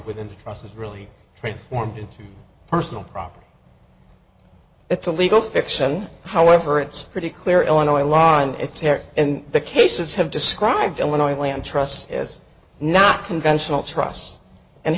within the process really transformed into personal property it's a legal fiction however it's pretty clear illinois line it's here and the cases have described illinois land trusts as not conventional trusts and